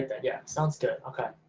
ah yeah? it sounds good. okay